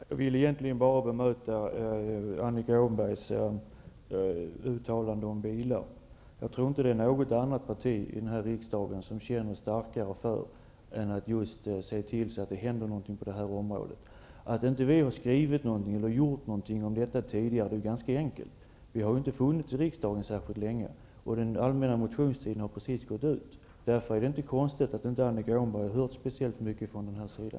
Herr talman! Jag ville egentligen bara bemöta Annika Åhnbergs uttalande om bilar. Jag tror inte att det är något parti i riksdagen som känner starkare än vi i Ny Demokrati för att se till att det händer någonting på det här området. Förklaringen till att vi inte har skrivit någonting om detta och inte har gjort någonting tidigare är ganska enkel: vi har inte funnits i riksdagen särskilt länge, och den allmänna motionstiden har precis gått ut. Därför är det inte konstigt att Annika Åhnberg inte har hört speciellt mycket från vår sida.